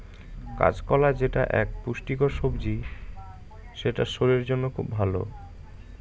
কাঁচকলা যেটা এক পুষ্টিকর সবজি সেটা শরীরের জন্য খুব ভালো